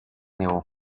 digu